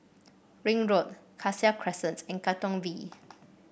Ring Road Cassia Crescent and Katong V